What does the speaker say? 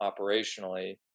operationally